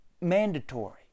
mandatory